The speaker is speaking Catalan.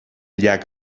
llac